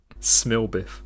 Smilbiff